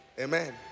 Amen